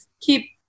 keep